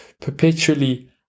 perpetually